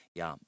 ja